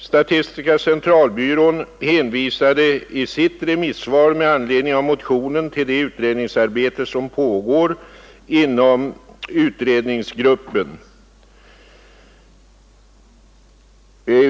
Statistiska centralbyrån hänvisade i sitt remissvar med anledning av motionen till det utredningsarbete som pågår inom utredningsgruppen.